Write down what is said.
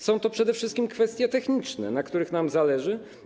Są to przede wszystkim kwestie techniczne, na których nam zależy.